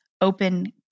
open